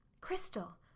Crystal